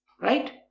Right